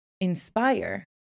inspire